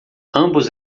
ambos